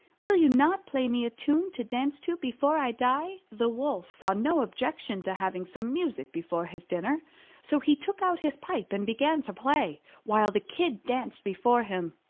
will you not play me a tune to dance to before i die? the wolf saw no objection to having some music before his dinner so he took out his pipe and began to play, while the kid danced before him.